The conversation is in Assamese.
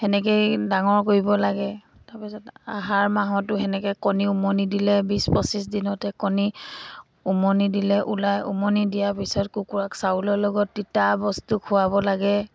সেনেকেই ডাঙৰ কৰিব লাগে তাৰপিছত আহাৰ মাহতো সেনেকে কণী উমনি দিলে বিছ পঁচিচ দিনতে কণী উমনি দিলে ওলাই উমনি দিয়াৰ পিছত কুকুৰাক চাউলৰ লগত তিতা বস্তু খোৱাব লাগে